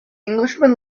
englishman